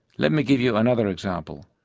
let me give you another example,